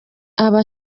aba